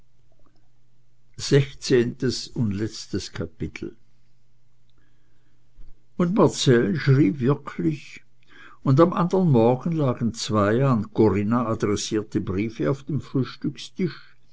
sechzehntes kapitel und marcell schrieb wirklich und am andern morgen lagen zwei an corinna adressierte briefe auf dem frühstückstisch